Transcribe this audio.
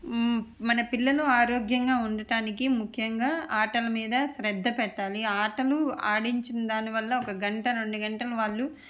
మన పిల్లలు ఆరోగ్యంగా ఉండడానికి ముఖ్యంగా ఆటల మీద శ్రద్ధ పెట్టాలి ఆటలు ఆడించిన దానివల్ల ఒక గంట రెండు గంటలు వాళ్ళు